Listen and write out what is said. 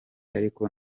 ariko